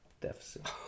deficit